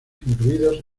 incluidos